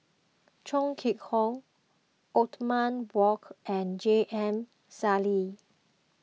Chong Kee Hiong Othman Wok and J M Sali